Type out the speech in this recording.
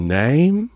name